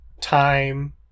time